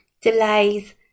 delays